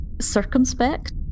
circumspect